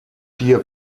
hier